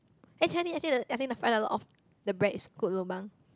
actually I think I I find a lot of the bread is good lobang